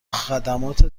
خدمات